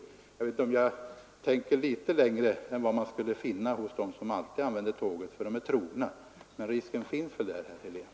Jag tänker nu kanske litet längre än till dem som alltid använder tåget, för de är trogna. Men den här risken finns, herr Helén.